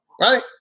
Right